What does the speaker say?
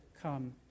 come